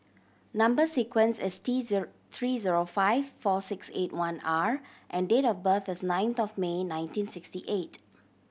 number sequence is T zero three zero five four six eight one R and date of birth is ninth of May nineteen sixty eight